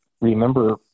remember